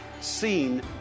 seen